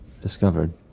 discovered